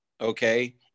okay